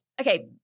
Okay